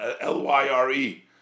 L-Y-R-E